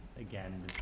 again